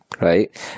right